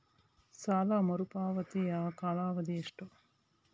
ಸಾಲ ಮರುಪಾವತಿಯ ಕಾಲಾವಧಿ ಎಷ್ಟು?